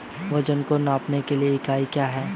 वजन को मापने के लिए इकाई क्या है?